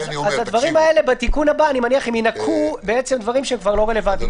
אני מניח שבתיקון הבא הם ינקו דברים שכבר לא רלוונטיים.